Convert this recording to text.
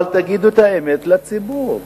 אבל תגידו את האמת לציבור: